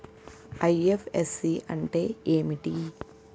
IFSC అంటే ఏమిటి?